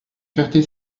ferté